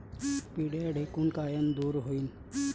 पिढ्या ढेकूण कायनं दूर होईन?